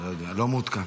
לא יודע, לא מעודכן.